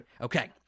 Okay